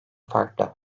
farklı